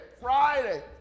Friday